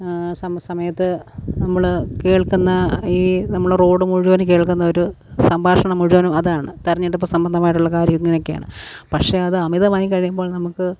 സമയത്ത് നമ്മള് കേൾക്കുന്ന ഈ നമ്മള് റോഡ് മുഴുവൻ കേൾക്കുന്നൊരു സംഭാഷണം മുഴുവനും അതാണ് തെരഞ്ഞെടുപ്പ് സംബന്ധമായിട്ടുള്ള കാര്യം ഇങ്ങനൊക്കെയാണ് പക്ഷേ അത് അമിതമായി കഴിയുമ്പോൾ നമുക്ക്